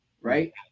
right